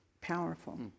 powerful